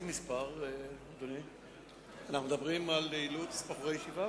בעיתון "המבשר" פורסם כי שוטר בתחנת הקישלה אילץ שני בחורי ישיבה